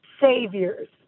saviors